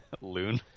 Loon